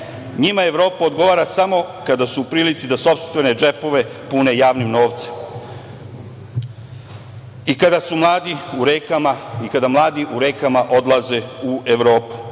Njima Evropa odgovara samo kada su u prilici da sopstvene džepove pune javnim novcem i kada su mladi u rekama i kada mladi u rekama odlaze u Evropu.